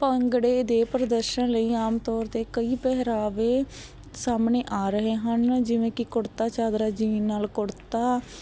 ਭੰਗੜੇ ਦੇ ਪ੍ਰਦਰਸ਼ਨ ਲਈ ਆਮ ਤੌਰ 'ਤੇ ਕਈ ਪਹਿਰਾਵੇ ਸਾਹਮਣੇ ਆ ਰਹੇ ਹਨ ਜਿਵੇਂ ਕਿ ਕੁੜਤਾ ਚਾਦਰਾ ਜੀਨ ਨਾਲ ਕੁੜਤਾ